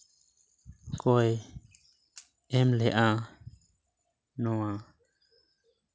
ᱠᱚᱭ ᱮᱢ ᱞᱮᱫᱼᱟ ᱱᱚᱣᱟ